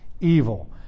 evil